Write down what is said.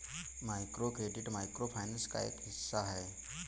microcredit micro finance का हिस्सा है